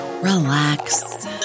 relax